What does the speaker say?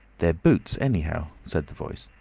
they're boots, anyhow, said the voice.